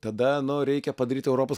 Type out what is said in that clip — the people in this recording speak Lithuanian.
tada nu reikia padaryt europos